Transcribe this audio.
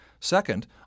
Second